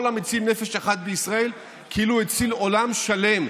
כל המציל נפש אחת בישראל כאילו הציל עולם שלם,